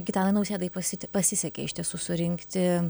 gitanui nausėdai pasiti pasisekė iš tiesų surinkti